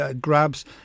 grabs